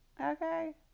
Okay